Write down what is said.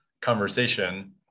conversation